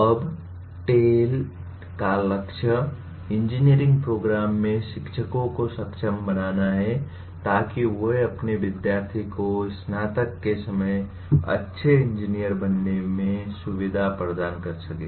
अब टेल का लक्ष्य इंजीनियरिंग प्रोग्राम में शिक्षकों को सक्षम बनाना है ताकि वे अपने विद्यार्थी को स्नातक के समय अच्छे इंजीनियर बनने में सुविधा प्रदान कर सकें